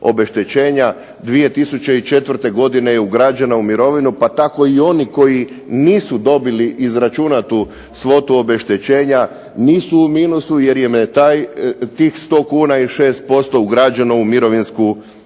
2004. godine je ugrađena u mirovinu, tako da i oni koji nisu dobili obračunatu svotu obeštećenja nisu u minusu jer im je tih 100 kuna i 6% ugrađeno u mirovinsku osnovicu.